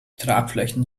tragflächen